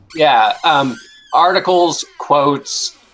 yeah um articles, quotes,